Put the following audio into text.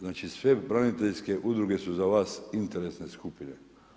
Znači sve braniteljske udruge su za vas interesne skupine.